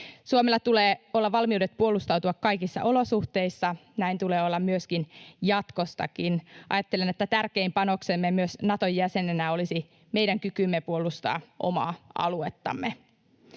Suomella tulee olla valmiudet puolustautua kaikissa olosuhteissa. Näin tulee olla myöskin jatkossa. Ajattelen, että tärkein panoksemme myös Naton jäsenenä olisi meidän kykymme puolustaa omaa aluettamme.